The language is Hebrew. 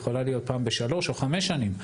היא יכולה להיות פעם בשלוש או חמש שנים,